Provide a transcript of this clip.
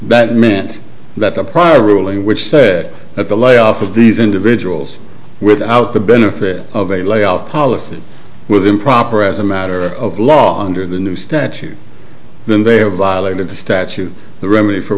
that meant that the prior ruling which said that the layoff of these individuals without the benefit of a layoff policy was improper as a matter of law under the new statute then they have violated the statute the remedy for